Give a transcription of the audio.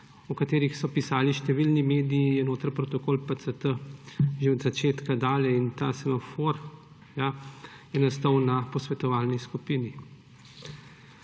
o katerih so pisali številni mediji, je notri protokol PCT že od začetka dalje. In ta semafor je nastal na posvetovalni skupini.